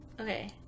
Okay